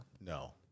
No